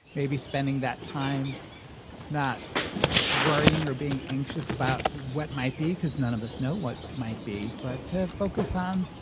maybe spending that time not worrying or being anxious about what might be because none of us know what might be. but to focus on,